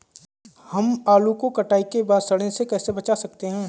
हम आलू को कटाई के बाद सड़ने से कैसे बचा सकते हैं?